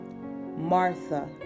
Martha